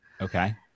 Okay